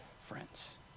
friends